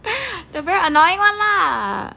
the very annoying one lah